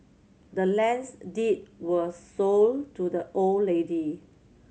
the land's deed was sold to the old lady